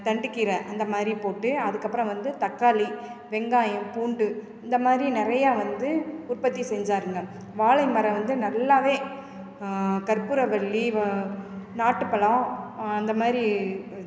தண்டுக்கீரை அந்த மாதிரி போட்டு அதுக்கப்புறம் வந்து தக்காளி வெங்காயம் பூண்டு இந்த மாதிரி நிறையா வந்து உற்பத்தி செஞ்சாருங்க வாழை மரம் வந்து நல்லாவே கற்பூரவல்லி வ நாட்டுப் பழம் இந்த மாதிரி இது